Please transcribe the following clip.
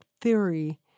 theory